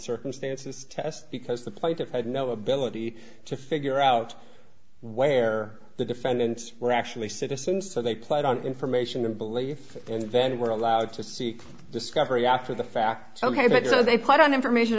circumstances test because the plaintiff had no ability to figure out where the defendants were actually citizens so they played on information and belief invented were allowed to seek discovery after the facts ok but so they put on information